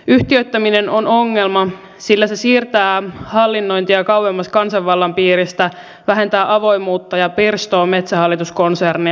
yhtiöittäminen on ongelma sillä se siirtää hallinnointia kauemmas kansanvallan piiristä vähentää avoimuutta ja pirstoo metsähallitus konsernia